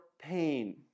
pain